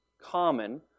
common